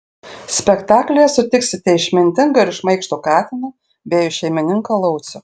spektaklyje sutiksite išmintingą ir šmaikštų katiną bei jo šeimininką laucių